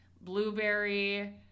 blueberry